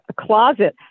closet